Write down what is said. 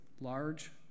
large